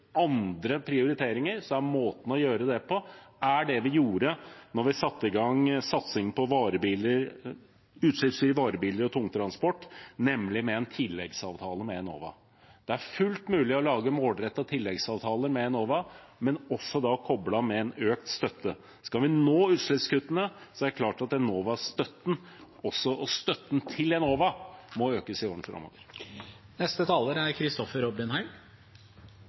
andre prioriteringer, er måten å gjøre det på, det vi gjorde da vi satte i gang satsing på utslippsfrie varebiler og tungtransport, nemlig med en tilleggsavtale med Enova. Det er fullt mulig å lage målrettede tilleggsavtaler med Enova, også med økt støtte. Skal vi nå målene om utslippskutt, er det klart at Enova-støtten og også støtten til Enova må økes i årene framover.